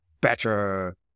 better